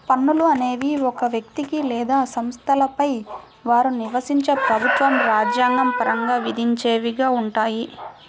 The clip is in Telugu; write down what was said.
పన్నులు అనేవి ఒక వ్యక్తికి లేదా సంస్థలపై వారు నివసించే ప్రభుత్వం రాజ్యాంగ పరంగా విధించేవిగా ఉంటాయి